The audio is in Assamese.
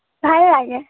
ভাল লাগে